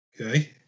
Okay